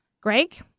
Greg